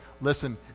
listen